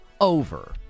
over